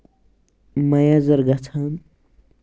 مۄیثر گژھان